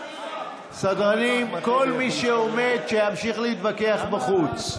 סדרנים, כל מי שעומד, שימשיך להתווכח בחוץ.